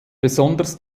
besonders